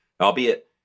Albeit